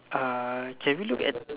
uh can we look at